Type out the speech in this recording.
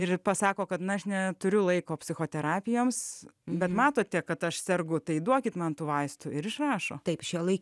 ir pasako kad aš neturiu laiko psichoterapijoms bet matote kad aš sergu tai duokit man tų vaistų išrašo taip šioje